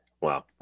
Wow